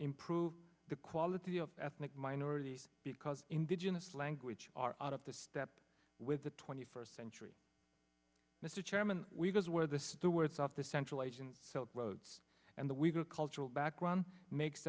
improve the quality of ethnic minorities because indigenous language are out of the step with the twenty first century mr chairman weavers where the stewards of the central asian silk road and the weaker cultural background makes